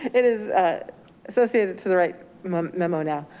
it is associated to the right memo. now,